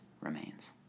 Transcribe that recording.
remains